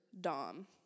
dom